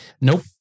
Nope